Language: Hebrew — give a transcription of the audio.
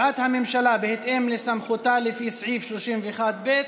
הממשלה, בהתאם לסמכותה לפי סעיף 31(ב)